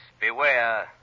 beware